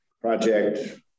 project